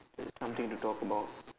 it's something to talk about